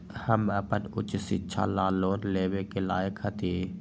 हम अपन उच्च शिक्षा ला लोन लेवे के लायक हती?